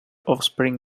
offspring